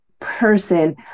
Person